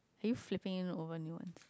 are you flipping in over new one